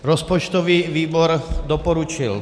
Rozpočtový výbor doporučil.